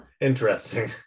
Interesting